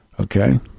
Okay